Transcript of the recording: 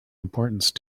importance